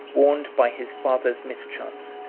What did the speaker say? warned by his father's mischance,